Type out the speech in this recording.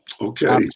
Okay